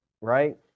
right